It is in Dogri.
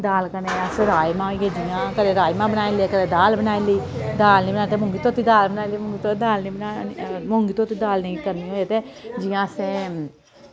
दाल कन्नै अस राजमां होइये जियां कदें राजमां बनाई ले कदें दाल बनाई लेई दाल निं बनाई ते मुंगी धोती दाल बनाई लेई मुंगी धोती दाल नेईं बनानी मुंगी धोती दाल नेईं करनी होऐ ते जियां असें